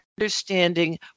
understanding